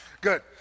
Good